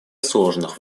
сложных